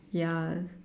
ya